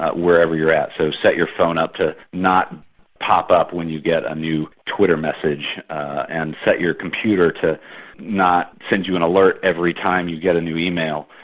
wherever you're at. so set your phone up to not pop up when you get a new twitter message, and set your computer to not send you an alert every time you get a new email,